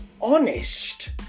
honest